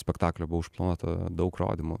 spektaklio buvo užplanuota daug rodymų